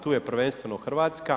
Tu je prvenstveno Hrvatska.